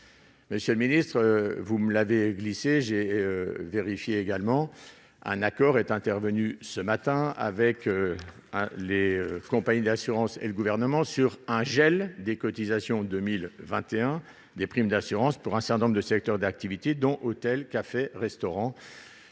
monsieur le ministre, vous me l'avait glissé, j'ai vérifié également un accord est intervenu ce matin avec les compagnies d'assurance et le gouvernement sur un gel des cotisations 2021 des primes d'assurance pour un certain nombre de secteurs d'activité, dont : hôtels, cafés, restaurants